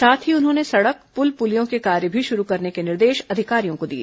साथ ही उन्होंने सड़क पुल पुलियों के कार्य भी शुरू करने के निर्देश अधिकारियों को दिए